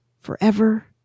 forever